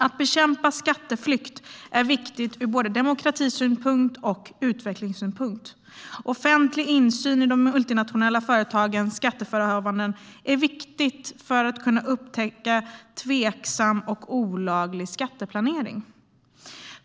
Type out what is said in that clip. Att bekämpa skatteflykt är viktigt både ur demokratisynpunkt och ur utvecklingssynpunkt. Offentlig insyn i de multinationella företagens skatteförehavanden är viktigt för att vi ska kunna upptäcka tveksam och olaglig skatteplanering.